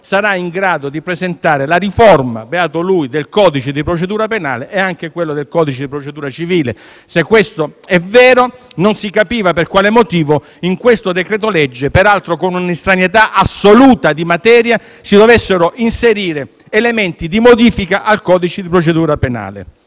sarà in grado di presentare la riforma - beato lui - del codice di procedura penale e anche quella del codice di procedura civile. Se questo è vero, non si capiva per quale motivo in questo decreto-legge, peraltro con un'estraneità assoluta di materia, si dovessero inserire elementi di modifica al codice di procedura penale.